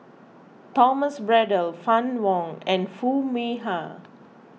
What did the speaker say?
Thomas Braddell Fann Wong and Foo Mee Har